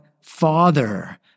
father